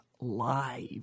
live